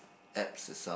apps itself